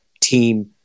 team